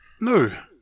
No